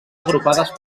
agrupades